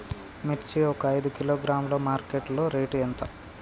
మిర్చి ఒక ఐదు కిలోగ్రాముల మార్కెట్ లో రేటు ఎంత?